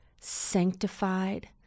sanctified